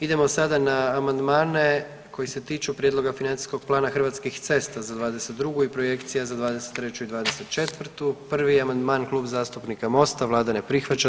Idemo sada na amandmane koji se tiču Prijedloga financijskog plana Hrvatskih cesta za '22. i projekcija za '23. i '24. 1. amandman Klub zastupnika Mosta, vlada ne prihvaća.